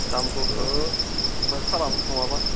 दाम दरखौ फंबाया खालाम नङाबा